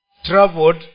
Traveled